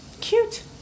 Cute